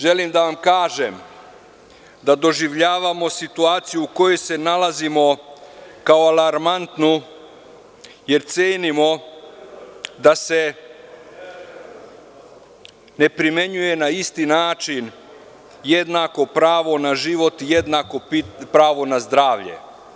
Želim da vam kažem da doživljavamo situaciju u kojoj se nalazimo kao alarmantnu, jer cenimo da se ne primenjuje na isti način jednako pravo na život, jednako pravo na zdravlje.